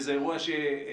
וזה אירוע שישפיע.